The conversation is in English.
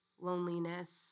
loneliness